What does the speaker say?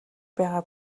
байгаа